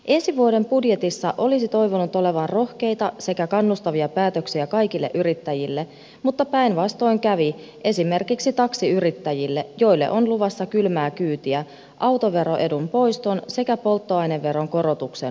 ensi vuoden budjetissa olisi toivonut olevan rohkeita sekä kannustavia päätöksiä kaikille yrittäjille mutta päinvastoin kävi esimerkiksi taksiyrittäjille joille on luvassa kylmää kyytiä autoveroedun poiston sekä polttoaineveron korotuksen muodossa